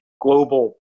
global